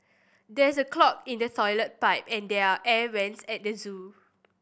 there is a clog in the toilet pipe and there are air vents at the zoo